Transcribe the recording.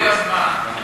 כל הזמן.